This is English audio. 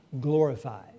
glorified